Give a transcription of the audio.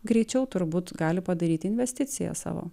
greičiau turbūt gali padaryti investicijas savo